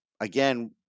again